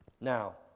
Now